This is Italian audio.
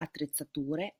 attrezzature